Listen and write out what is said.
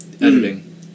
Editing